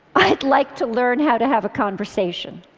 i'd like to learn how to have a conversation.